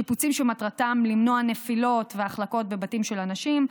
שיפוצים שמטרתם למנוע נפילות והחלקות בבתים של אנשים.